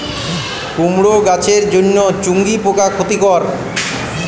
কুমড়ো গাছের জন্য চুঙ্গি পোকা ক্ষতিকর?